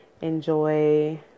enjoy